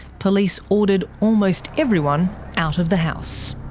police ordered almost everyone out of the house.